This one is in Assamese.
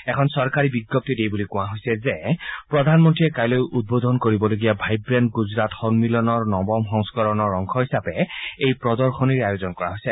এখন চৰকাৰী বিজ্ঞগ্তীত এই বুলি কোৱা হৈছে যে প্ৰধানমন্ত্ৰীয়ে কাইলৈ উদ্বোধন কৰিবলগীয়া ভাইব্ৰেন্ট গুজৰাট সন্মিলনৰ নৱম সংস্কৰণৰ অংশ হিচাপে এই প্ৰদশনীৰ আয়োজন কৰা হৈছে